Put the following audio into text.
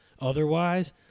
Otherwise